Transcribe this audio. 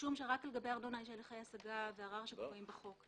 משום שרק לגבי ארנונה יש הליכי השגה וערר שקבועים בחוק.